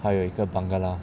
还有一个 bangala